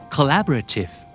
Collaborative